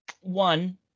one